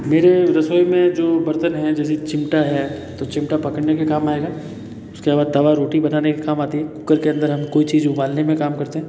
मेरे रसोई में जो बर्तन हैं जैसे चिमटा है तो चिमटा पकड़ने के काम आएगा उसके बाद तवा रोटी बनाने के काम आती है कूकर के अंदर हम कोई चीज़ उबालने में काम करते हैं